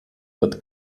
wird